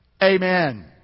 Amen